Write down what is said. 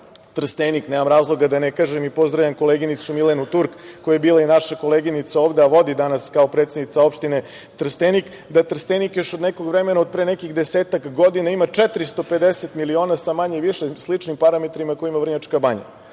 Trstenik, nemam razloga da ne kažem, i pozdravljam koleginicu Milenu Turk, bila je i naša koleginica ovde, a vodi danas kao predsednica opštine Trstenik, da Trstenik još od nekog vremena, od pre nekih desetak godina ima 450 miliona sa manje, više sličnim parametrima koje ima Vrnjačka banja. Znači,